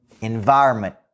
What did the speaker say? Environment